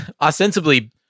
Ostensibly